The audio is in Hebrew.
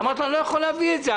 אמרתי לו שאני לא יכול להביא את זה,